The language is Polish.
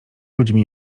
ludźmi